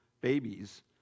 Babies